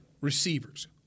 receivers